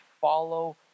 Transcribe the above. follow